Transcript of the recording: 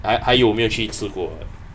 还还有没有去吃过